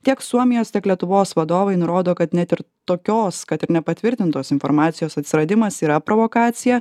tiek suomijos tiek lietuvos vadovai nurodo kad net ir tokios kad ir nepatvirtintos informacijos atsiradimas yra provokacija